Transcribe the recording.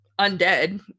undead